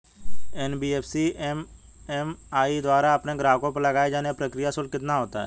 NBFC MFI द्वारा अपने ग्राहकों पर लगाए जाने वाला प्रक्रिया शुल्क कितना होता है?